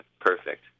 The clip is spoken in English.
perfect